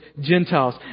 Gentiles